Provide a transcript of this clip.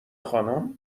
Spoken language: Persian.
خانم